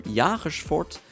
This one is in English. jagersfort